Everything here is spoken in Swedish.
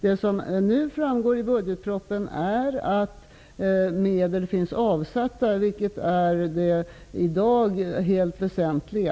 Det som nu framgår i budgetpropositionen är att medel finns avsatta, vilket är det i dag helt väsentliga.